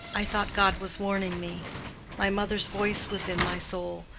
i thought god was warning me my mother's voice was in my soul.